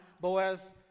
Boaz